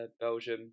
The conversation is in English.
Belgium